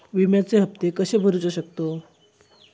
विम्याचे हप्ते कसे भरूचो शकतो?